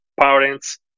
parents